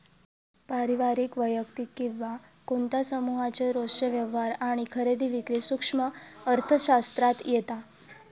पारिवारिक, वैयक्तिक किंवा कोणत्या समुहाचे रोजचे व्यवहार आणि खरेदी विक्री सूक्ष्म अर्थशास्त्रात येता